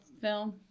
Film